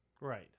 Right